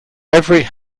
every